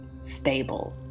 stable